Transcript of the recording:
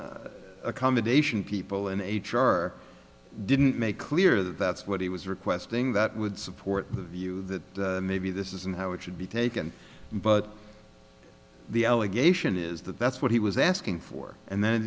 the accommodation people in h r didn't make clear that's what he was requesting that would support the view that maybe this isn't how it should be taken but the allegation is that that's what he was asking for and then